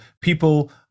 people